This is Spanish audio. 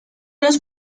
los